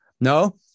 No